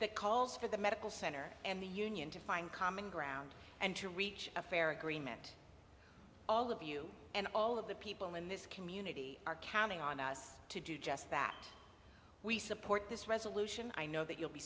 that calls for the medical center and the union to find common ground and to reach a fair agreement all of you and all of the people in this community are counting on us to do just that we support this resolution i know that you'll be